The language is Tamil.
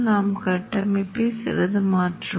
இது மையத்தின் காந்தமாக்கும் ஆற்றலைச் சிதறடிக்கும்